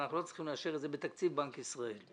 אנחנו לא צריכים לאשר את זה בתקציב בנק ישראל.